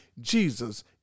Jesus